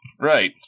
right